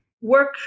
work